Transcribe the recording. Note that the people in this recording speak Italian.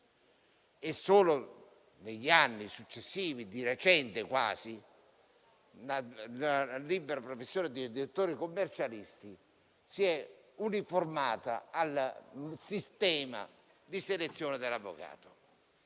Solo negli anni successivi, di recente quasi, la libera professione di dottore commercialista si è uniformata al sistema di selezione dell'avvocato.